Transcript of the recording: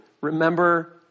Remember